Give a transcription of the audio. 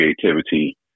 creativity